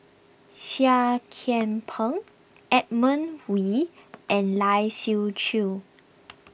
Seah Kian Peng Edmund Wee and Lai Siu Chiu